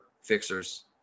fixers